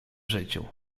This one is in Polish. życiu